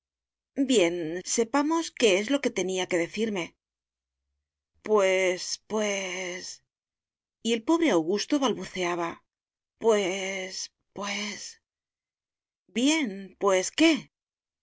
bien sepamos qué es lo que tenía que decirme pues pues y el pobre augusto balbuceabapues pues bien pues qué que